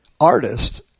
artist